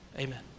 Amen